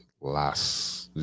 last